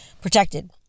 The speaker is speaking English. protected